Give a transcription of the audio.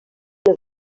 les